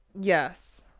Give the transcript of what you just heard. Yes